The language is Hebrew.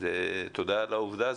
תודה לעובדה הזו,